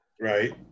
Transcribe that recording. Right